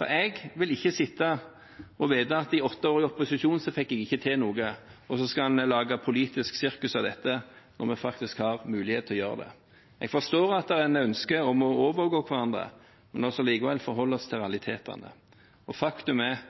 Jeg vil ikke sitte og vite at i åtte år i opposisjon fikk jeg ikke til noe – og så skal en lage politisk sirkus av dette når vi faktisk har mulighet til å gjøre det. Jeg forstår at det er et ønske om å overgå hverandre, men vi må likevel forholde oss til realitetene. Og faktum er: